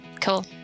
cool